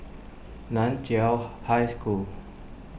Nan Chiau High School